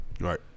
Right